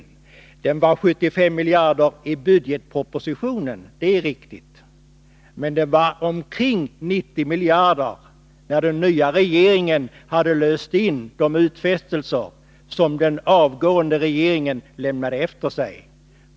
Det är riktigt att det var 75 miljarder i budgetpropositionen, men det var omkring 90 miljarder när den nya regeringen hade löst in de utfästelser som den avgående regeringen lämnade efter sig.